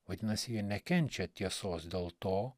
vadinasi jie nekenčia tiesos dėl to